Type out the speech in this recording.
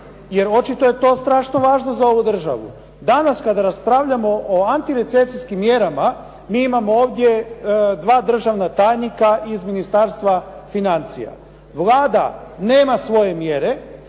jer očito je to strašno važno za ovu državu. Danas kada raspravljamo o antirecesijskim mjerama mi imamo ovdje dva državna tajnika iz Ministarstva financija. Vlada nema svoje mjere